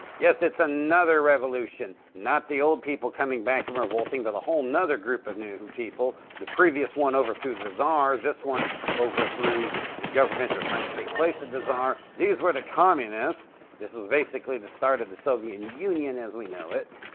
yes, it's another revolution, not the old people coming back and revolting but, a whole nother group of new who people the previous one overthrew the the tsar, this one overthrew the government was trying to take place of the tsar. these were the communists. this is basically the started the soviet union as we know it.